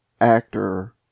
Actor